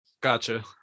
gotcha